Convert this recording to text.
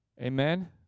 Amen